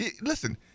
Listen